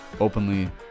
openly